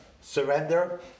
surrender